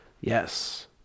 Yes